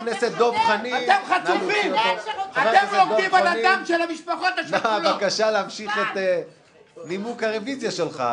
כבודן של המשפחות השכולות מחוץ לדיון בוועדה.